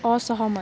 असहमत